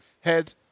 head